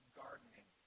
gardening